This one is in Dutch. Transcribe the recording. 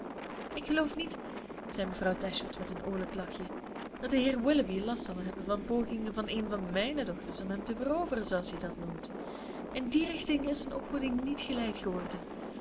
ik geloof niet zei mevrouw dashwood met een oolijk lachje dat de heer willoughby last zal hebben van pogingen van een van mijne dochters om hem te veroveren zooals je dat noemt in die richting is hun opvoeding niet geleid geworden